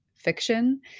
Fiction